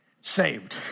saved